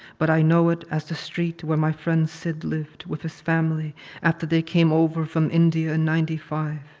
but i know it as the street where my friend sid lived with his family after they came over from india in ninety five.